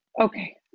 Okay